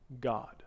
God